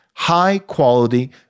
high-quality